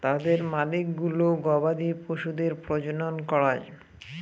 তাদের মালিকগুলো গবাদি পশুদের প্রজনন করায়